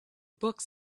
books